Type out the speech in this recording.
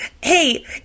Hey